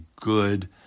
good